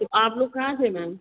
तो आप लोग कहाँ से है मैम